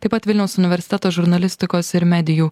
taip pat vilniaus universiteto žurnalistikos ir medijų